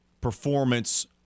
performance